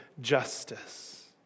justice